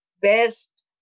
best